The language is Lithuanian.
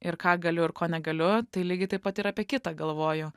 ir ką galiu ir ko negaliu tai lygiai taip pat ir apie kitą galvoju